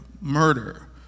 murder